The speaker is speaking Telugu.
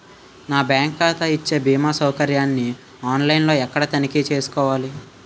నా బ్యాంకు ఖాతా ఇచ్చే భీమా సౌకర్యాన్ని ఆన్ లైన్ లో ఎక్కడ తనిఖీ చేసుకోవాలి?